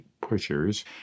pushers